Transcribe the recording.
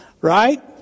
Right